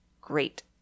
great